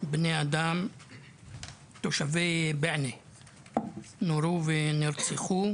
בני אדם תושבי בענה נורו ונרצחו.